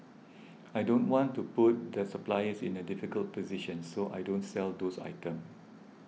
I don't want to put the suppliers in a difficult position so I don't sell those items